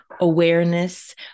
Awareness